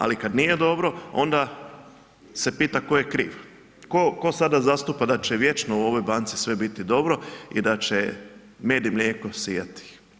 Ali kad nije dobro, onda se pita tko je kriv, tko sada zastupa da će vječno u ovoj banci sve biti dobro i da će med i mlijeko sijat.